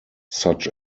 such